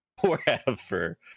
forever